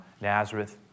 Nazareth